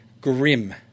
Grim